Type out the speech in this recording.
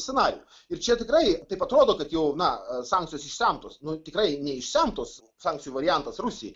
scenarijų ir čia tikrai taip atrodo kad jau na sankcijos išsemtos nu tikrai neišsemtos sankcijų variantas rusijai